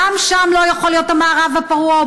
גם שם לא יכול להיות המערב הפרוע,